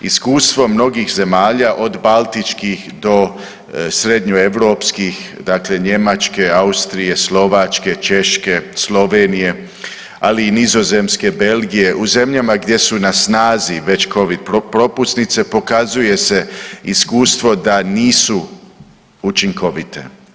Iskustva mnogih zemalja, od baltičkih do srednjoeuropskih, dakle Njemačke, Austrije, Slovačke, Češke, Slovenije, ali i Nizozemske i Belgije, u zemljama gdje su na snazi već Covid propusnice pokazuje se iskustvo da nisu učinkovite.